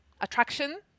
attraction